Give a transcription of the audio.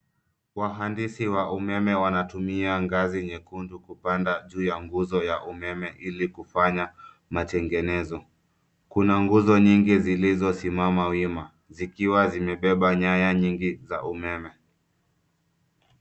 Wahandisi wa umeme wanatumia ngazi nyekundu kupanda juu ya nguzo ya umeme ili kufanya matengenezo. Kuna nguzo nyingi zilizo simama wima zikiwa zimebeba nyaya nyingi za umeme.